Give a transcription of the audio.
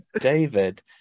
david